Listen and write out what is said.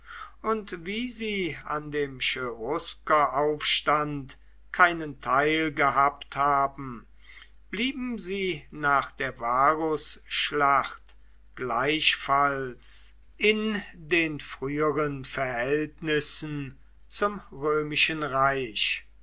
und wie sie an dem cheruskeraufstand keinen teil gehabt haben blieben sie nach der varusschlacht gleichfalls in den früheren verhältnissen zum römischen reich